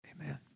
amen